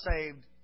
saved